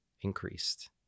increased